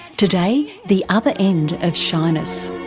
today the other end of shyness.